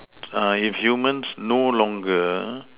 ah if humans no longer